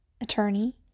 attorney